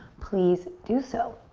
please do so.